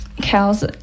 cows